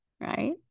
right